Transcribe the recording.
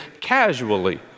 casually